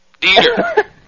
Dieter